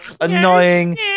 annoying